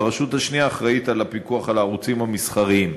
והרשות השנייה אחראית לפיקוח על הערוצים המסחריים.